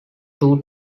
two